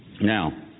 Now